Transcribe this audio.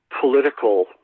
political